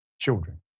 Children